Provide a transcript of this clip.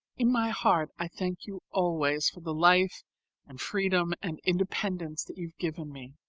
in my heart i thank you always for the life and freedom and independence that you have given me.